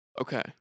Okay